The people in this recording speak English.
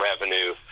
revenue